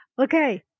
Okay